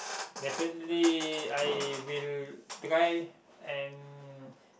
definitely I will try and